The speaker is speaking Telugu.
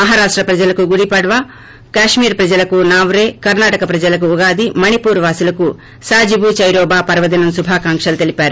మహారాష్ట ప్రజలకు గుడి పద్నా కశ్మీర్ ప్రజలకు నాప్రే కర్డాటక ప్రజలకు ఉగాది మణిపూర్ వాసులకు సాజిబు చైరోబా పర్వదినం శుభాకాంకలు తెలిపారు